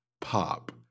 pop